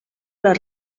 les